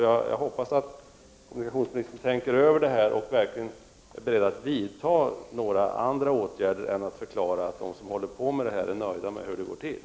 Jag hoppas att kommunikationsministern tänker över det här och verkligen är beredd att vidta andra åtgärder än att förklara att de som håller på med det här är nöjda med hur det går till.